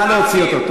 נא להוציא אותו.